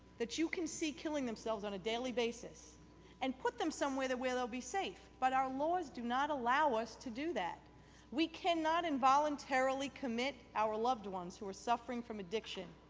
that you can see killing themselves on a daily basis and put them somewhere where they'll be safe but our laws do not allow us to do that we cannot involuntarily commit our loved ones who are suffering from addiction,